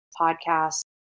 Podcast